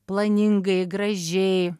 planingai gražiai